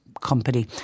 company